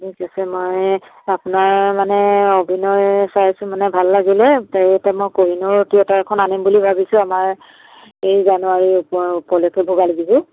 ঠিক আছে মই আপোনাৰ মানে অভিনয় চাইছোঁ মানে ভাল লাগিলে এ এতিয়া মই কহিনুৰ থিয়েটাৰখন আনিম বুলি ভাবিছোঁ আমাৰ এই জানুৱাৰী উ উপলক্ষে ভোগালী বিহু